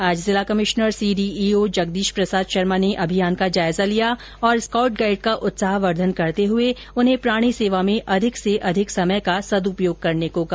आज जिला commissioner CDEO Jagdish Prasad Sharma ने अभियान का जायजा लिया और स्काउटगाइड का उत्साहवर्द्वन करते हुए उन्हें प्राणी सेवा में अधिक से अधिक समय का सद्पयोग करने को कहा